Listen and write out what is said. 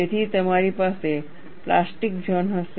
તેથી તમારી પાસે પ્લાસ્ટિક ઝોન હશે